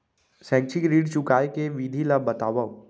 शैक्षिक ऋण चुकाए के विधि ला बतावव